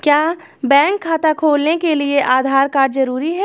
क्या बैंक खाता खोलने के लिए आधार कार्ड जरूरी है?